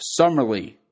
Summerly